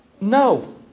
No